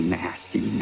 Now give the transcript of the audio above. nasty